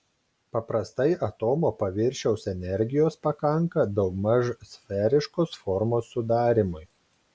paprastai atomo paviršiaus energijos pakanka daugmaž sferiškos formos sudarymui